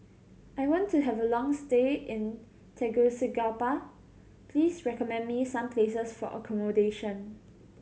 I want to have a long stay in Tegucigalpa please recommend me some places for accommodation